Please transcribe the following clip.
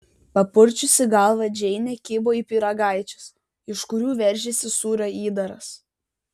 papurčiusi galvą džeinė kibo į pyragaičius iš kurių veržėsi sūrio įdaras